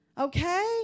Okay